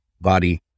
Body